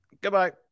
Goodbye